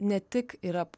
ne tik yra